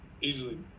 Easily